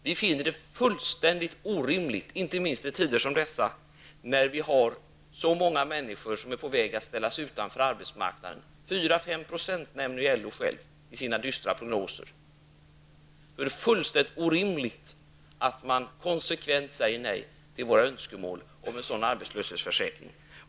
Vi finner det fullständigt orimligt, inte minst i tider som dessa då vi har så många människor som är på väg att ställas utanför arbetsmarknaden -- 4--5 % nämner LO självt i sina dystra prognoser -- att man konsekvent säger nej till våra önskemål om en sådan arbetslöshetförsäkring?